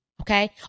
okay